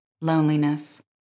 loneliness